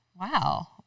Wow